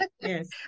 Yes